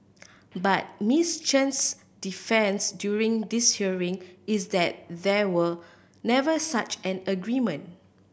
but Miss Chan's defence during this hearing is that there were never such an agreement